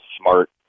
smart